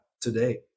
today